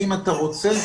אם אתה רוצה,